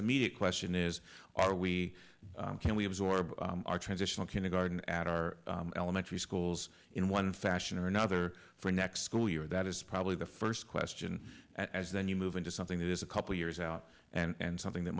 immediate question is are we can we absorb our transitional kindergarten at our elementary schools in one fashion or another for next school year that is probably the first question as then you move into something that is a couple years out and something that